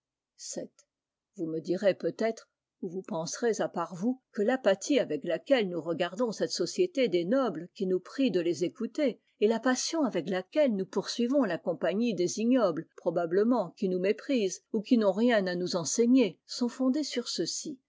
vous me direz peut-être ou vous penserez à part vous que l'apathie avec laquelle nous regardons cette société des nobles qui nous prient de les écouter et la passion avec laquelle nous poursuivons la compagnie des ignobles probablement qui nous méprisent ou qui n'ont rien à nous enseigner sont fondées sur ceci